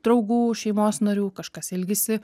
draugų šeimos narių kažkas ilgisi